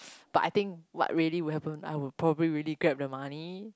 but I think what really will happen I would probably really grab the money